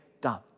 done